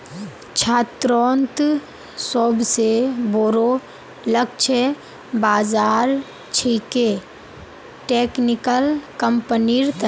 छात्रोंत सोबसे बोरो लक्ष्य बाज़ार छिके टेक्निकल कंपनिर तने